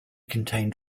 contained